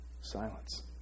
Silence